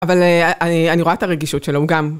אבל אני רואה את הרגישות שלו גם.